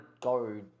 go